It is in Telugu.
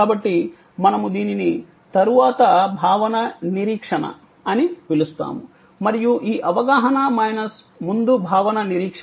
కాబట్టి మనము దీనిని తరువాత భావన నిరీక్షణ అని పిలుస్తాము మరియు ఈ అవగాహన మైనస్ ముందు భావన నిరీక్షణ